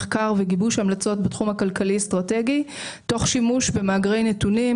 מחקר וגיבוש המלצות בתחום הכלכלי-אסטרטגי תוך שימוש במאגרי נתונים,